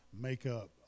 makeup